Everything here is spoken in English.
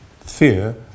fear